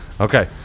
Okay